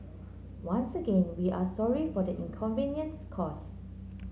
once again we are sorry for the inconvenience caused